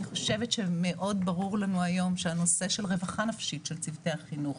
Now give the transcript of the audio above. אני חושבת שמאוד ברור לנו היום שהנושא של רווחה נפשית של צוותי החינוך,